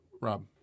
Rob